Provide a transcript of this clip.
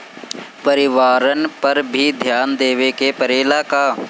परिवारन पर भी ध्यान देवे के परेला का?